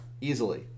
easily